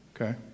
Okay